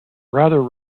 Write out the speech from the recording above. rather